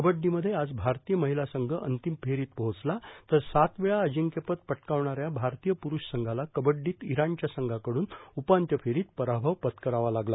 कबड्डीमध्ये आज भारतीय महिला संघ अंतिम फेरीत पोहोचला तर सात वेळा अजिंक्यपद पटकावणाऱ्या भारतीय पुरूष संघाला कबड्डीत इराणच्या संघाकडून उपांत्य फेरीत पराभव पत्करावा लागला